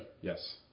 Yes